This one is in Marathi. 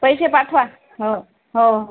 पैसे पाठवा हो हो